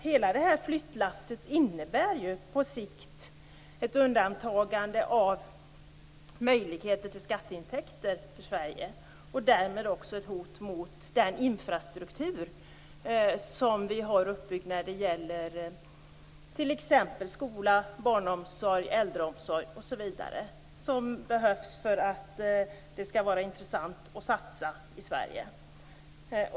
Hela flyttlasset innebär på sikt ett undantagande av möjligheter till skatteintäkter för Sverige och därmed ett hot mot den infrastruktur som finns utbyggt för skola, barnomsorg, äldreomsorg osv. och som behövs för att det skall vara intressant att satsa i Sverige.